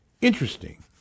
interesting